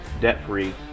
debt-free